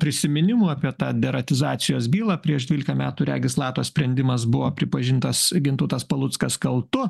prisiminimų apie tą deratizacijos bylą prieš dvylika metų regis lato sprendimas buvo pripažintas gintautas paluckas kaltu